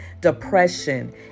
depression